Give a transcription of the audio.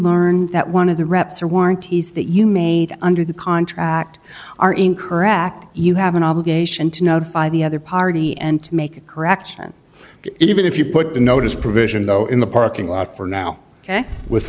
learned that one of the reps or warranties that you made under the contract are incorrect you have an obligation to notify the other party and to make a correction even if you put the notice provision though in the parking lot for now ok with